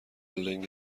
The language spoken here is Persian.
لنگ